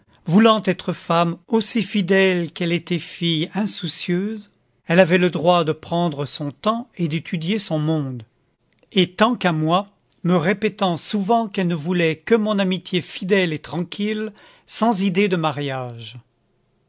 voulant être femme aussi fidèle qu'elle était fille insoucieuse elle avait le droit de prendre son temps et d'étudier son monde et tant qu'à moi me répétant souvent qu'elle ne voulait que mon amitié fidèle et tranquille sans idée de mariage